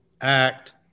act